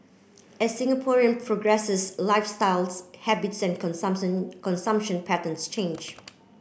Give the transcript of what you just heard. as Singaporean progresses lifestyles habits and consumption patterns change